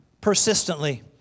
persistently